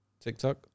TikTok